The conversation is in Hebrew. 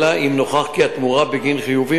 אלא אם כן נוכח כי התמורה בגין חיובים